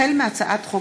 החל בהצעת חוק